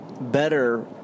better